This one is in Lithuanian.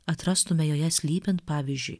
atrastume joje slypint pavyzdžiui